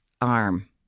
arm